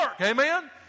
amen